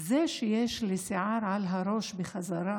זה שיש לי שיער על הראש בחזרה,